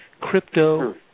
Crypto